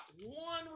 one